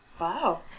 Wow